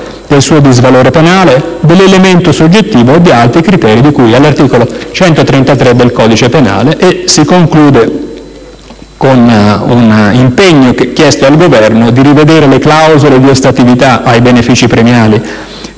del suo disvalore penale, dell'elemento soggettivo e degli altri criteri di cui all'articolo 133 del codice penale. L'ordine del giorno G100 si conclude con un impegno richiesto al Governo di rivedere le clausole di ostatività ai benefici premiali